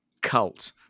cult